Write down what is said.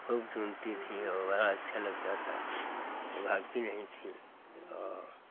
खूब चुनती थी और बड़ा अच्छा लगता था औ भागती नहीं थी और